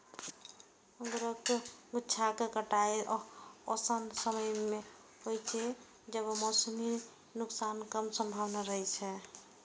अंगूरक गुच्छाक कटाइ ओहन समय मे होइ छै, जब मौसमी नुकसानक कम संभावना रहै छै